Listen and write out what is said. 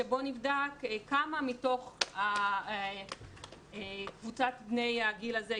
שבו נבדק כמה מתוך קבוצת בני הגיל הזה,